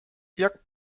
jak